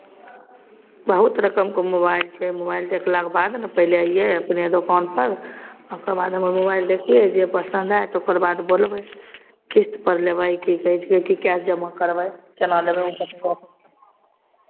बहुत रकमके मोबाइल छै मोबाइल देखलाके बाद ने पहले अइयै अपने दोकानपर ओकर बाद मोबाइल देखियै जे पसन्द आयत ओकर बाद बोलबै किश्तपर लेबै की कहै छै कि कैश जमा करबै केना लेबै ओसभ गप